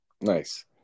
nice